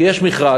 כי יש מכרז,